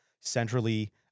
centrally